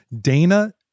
Dana